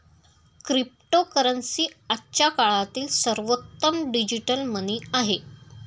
cryptocurrency आजच्या काळातील सर्वोत्तम डिजिटल मनी आहे